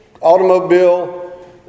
automobile